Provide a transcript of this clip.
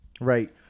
Right